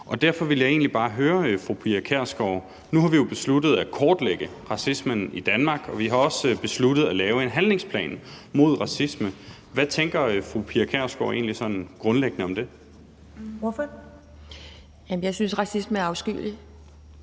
Og derfor vil jeg egentlig bare høre fru Pia Kjærsgaard: Nu har vi jo besluttet at kortlægge racismen i Danmark, og vi har også besluttet at lave en handlingsplan mod racisme, så hvad tænker fru Pia Kjærsgaard egentlig sådan grundlæggende om det? Kl. 11:08 Første næstformand